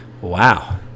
wow